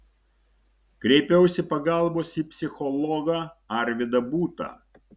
kreipiausi pagalbos į psichologą arvydą būtą